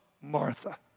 Martha